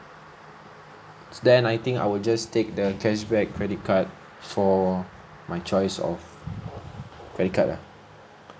then I think I'll just take the cashback credit card for my choice of credit card lah